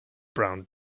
brown